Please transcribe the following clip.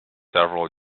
several